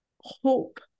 hope